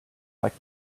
like